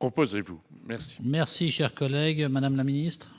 proposez-vous ? La parole est à Mme la secrétaire